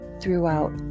throughout